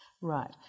Right